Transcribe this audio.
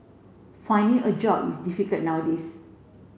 finding a job is difficult nowadays